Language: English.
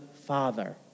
Father